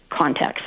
context